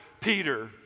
Peter